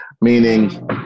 meaning